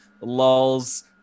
lulls